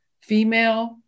female